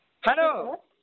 Hello